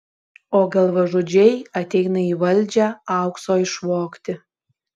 o galvažudžiai ateina į valdžią aukso išvogti